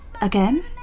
Again